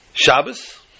Shabbos